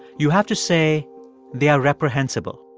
you have to say they are reprehensible.